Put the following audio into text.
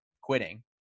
quitting